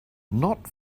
not